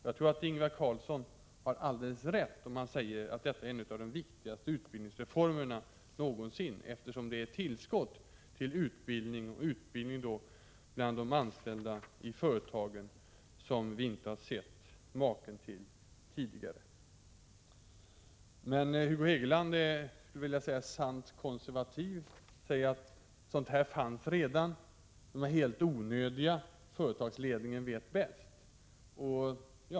Jag tror att Ingvar Carlsson har alldeles rätt när han säger att detta är en av de viktigaste utbildningsreformerna någonsin, eftersom den ger ett tillskott till utbildningen bland de anställda i företagen som vi inte har sett maken till tidigare. Men Hugo Hegeland är, skulle jag vilja säga, sant konservativ. Han säger att dessa utbildningsfonder redan fanns, att de är helt onödiga och att företagsledningen vet bäst.